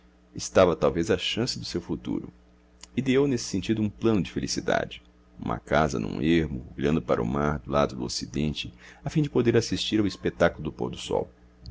estava talvez a chave do seu futuro ideou nesse sentido um plano de felicidade uma casa num ermo olhando para o mar ao lado do ocidente a fim de poder assistir ao espetáculo do pôr-do-sol margarida e